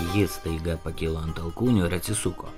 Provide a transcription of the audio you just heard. ji staiga pakilo ant alkūnių ir atsisuko